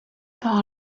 part